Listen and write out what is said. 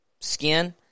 skin